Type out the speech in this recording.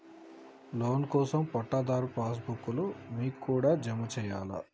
Loan కోసం పట్టాదారు passbook లు మీ కాడా జమ చేయల్నా?